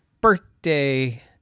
birthday